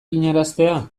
eginaraztea